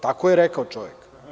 Tako je rekao čovek.